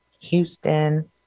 Houston